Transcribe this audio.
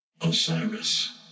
Osiris